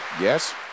Yes